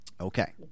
Okay